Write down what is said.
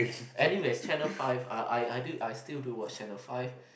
anyways Channel Five uh I did I still do watch Channel Five